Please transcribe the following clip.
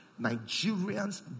Nigerians